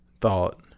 thought